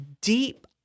deep